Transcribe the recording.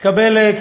מקבלת